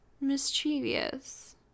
mischievous